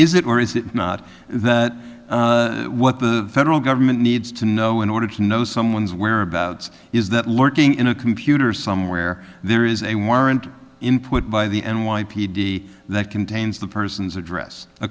or is it not that what the federal government needs to know in order to know someone's whereabouts is that lurking in a computer somewhere there is a warrant input by the n y p d that contains the person's address a